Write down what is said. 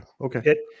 okay